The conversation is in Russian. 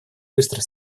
быстро